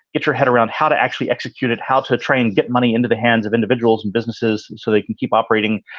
get your head around how to actually execute it, how to try and get money into the hands of individuals and businesses so they can keep operating.